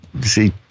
See